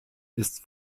ist